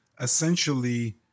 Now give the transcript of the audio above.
essentially